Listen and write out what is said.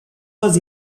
was